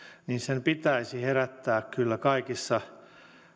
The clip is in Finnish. niin sen pitäisi herättää kyllä kaikissa